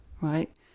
right